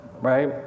right